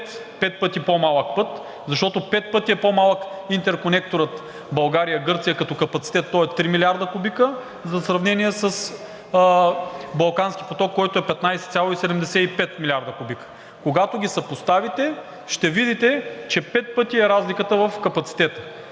пет пъти по-малък пък, защото пет пъти е по-малък интерконекторът България – Гърция като капацитет, той е три милиарда кубика, за сравнение с Балкански поток, който е 15,75 милиарда кубика, когато ги съпоставите, ще видите, че пет пъти е разликата в капацитета.